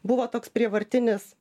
buvo toks prievartinis